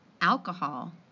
alcohol